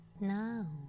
now